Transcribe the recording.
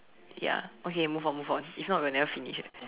ya okay move on move on if not we'll never finish eh